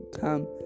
come